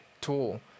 tool